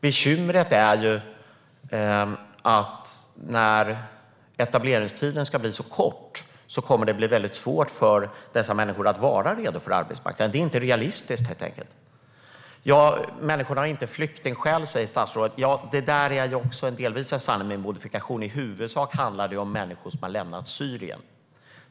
Bekymret är att när etableringstiden blir så kort blir det svårt för dessa människor att vara redo för arbetsmarknaden. Det är inte realistiskt. Människorna har inte flyktingskäl, säger statsrådet. Det är delvis en sanning med modifikation. I huvudsak handlar det om människor som har lämnat Syrien.